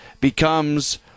becomes